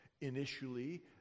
Initially